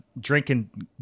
drinking